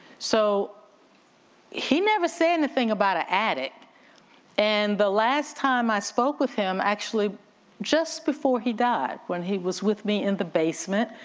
so he never say anything about an attic and the last time i spoke with him, actually just before he died when he was with me in the basement,